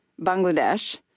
Bangladesh